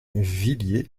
villiers